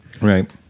Right